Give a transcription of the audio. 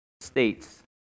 states